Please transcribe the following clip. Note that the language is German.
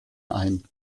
ein